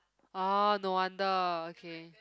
orh no wonder okay